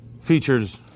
Features